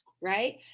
right